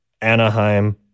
Anaheim